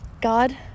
God